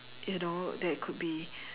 you know there could be